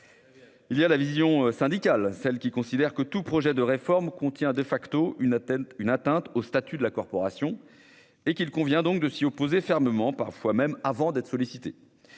Il y a la vision syndicale, celle qui considère que tout projet de réforme porte atteinte aux statuts de la corporation et qu'il convient donc de s'y opposer fermement, parfois avant même d'être sollicité.